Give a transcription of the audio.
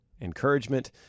encouragement